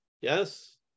Yes